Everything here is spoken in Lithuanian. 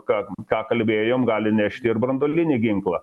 ką ką kalbėjom gali nešti ir branduolinį ginklą